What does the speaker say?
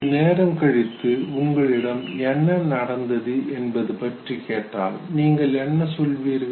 சிறிது நேரம் கழித்து உங்களிடம் நடந்தது என்ன என்பது பற்றி கேட்டால் நீங்கள் என்ன சொல்வீர்கள்